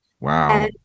Wow